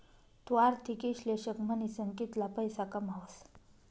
तु आर्थिक इश्लेषक म्हनीसन कितला पैसा कमावस